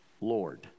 Lord